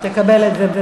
תקבל את זה.